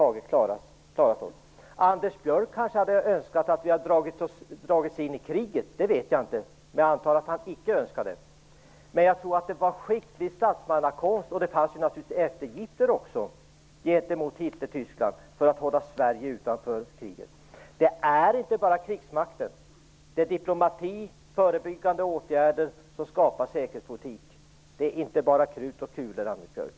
Jag vet inte om Anders Björck hade önskat att vi hade dragits in i kriget, men jag antar att han icke önskar det. Jag tror att det var skicklig statsmannakonst och naturligtvis också eftergifter gentemot Hitlertyskland som ledde till att Sverige hölls utanför kriget. Det är inte bara krigsmakten utan också diplomati och förebyggande åtgärder som skapar säkerhetspolitik. Det är inte bara krut och kulor, Anders